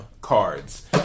cards